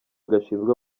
gashinzwe